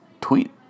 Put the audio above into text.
tweet